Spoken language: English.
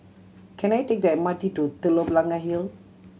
can I take the M R T to Telok Blangah Hill